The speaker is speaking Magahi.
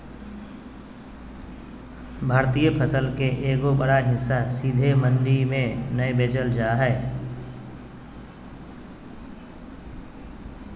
भारतीय फसल के एगो बड़ा हिस्सा सीधे मंडी में नय बेचल जा हय